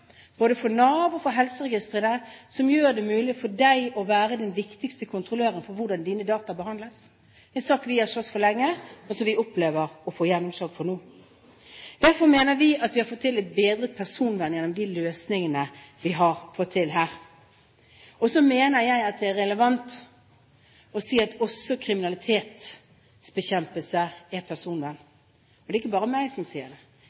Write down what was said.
både for Nav og for helseregistrene, som gjør det mulig for deg å være den viktigste kontrolløren av hvordan dine data behandles. Det er en sak vi har slåss for lenge, og som vi opplever å få gjennomslag for nå. Derfor mener vi at vi har fått til et bedret personvern gjennom de løsningene vi har her. Så mener jeg det er relevant å si at også kriminalitetsbekjempelse er personvern. Det er ikke bare jeg som sier det.